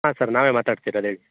ಹಾಂ ಸರ್ ನಾವೇ ಮಾತಾಡ್ತ ಇರದು ಹೇಳಿ